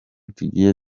tugiye